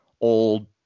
old